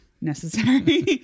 necessary